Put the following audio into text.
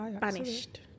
banished